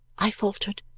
i faltered.